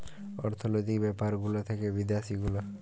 অর্থলৈতিক ব্যাপার গুলা থাক্যে বিদ্যাসি গুলা